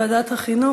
לוועדת החינוך,